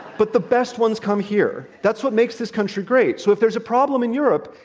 but the best ones come here. that's what makes this country great. so, if there's a problem in europe,